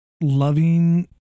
loving